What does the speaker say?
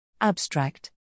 Abstract